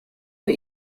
für